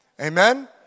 Amen